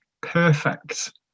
perfect